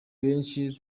benshi